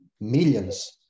millions